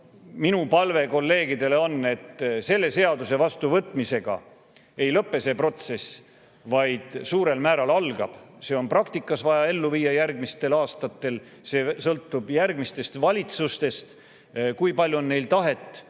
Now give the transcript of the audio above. pool. Minu palve kolleegidele on selline. Selle seaduse vastuvõtmisega see protsess ei lõpe, vaid suurel määral algab. See on praktikas vaja ellu viia järgmistel aastatel, see sõltub järgmistest valitsustest, kui palju on neil tahet,